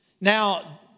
Now